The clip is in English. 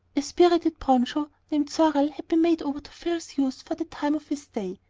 a spirited broncho, named sorrel, had been made over to phil's use for the time of his stay,